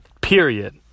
Period